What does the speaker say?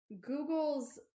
Google's